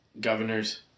governors